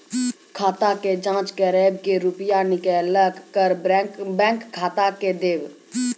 खाता के जाँच करेब के रुपिया निकैलक करऽ बैंक ग्राहक के देब?